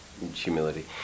Humility